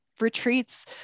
retreats